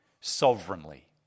sovereignly